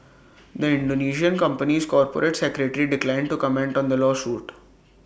the Indonesian company's corporate secretary declined to comment on the lawsuit